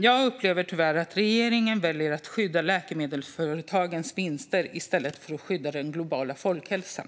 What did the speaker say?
Jag upplever tyvärr att regeringen väljer att skydda läkemedelsföretagens vinster i stället för att skydda den globala folkhälsan.